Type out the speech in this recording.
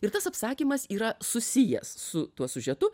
ir tas apsakymas yra susijęs su tuo siužetu